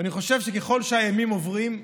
אני חושב שככל שהימים עוברים,